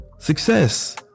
Success